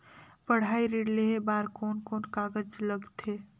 पढ़ाई ऋण लेहे बार कोन कोन कागज लगथे?